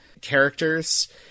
characters